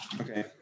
Okay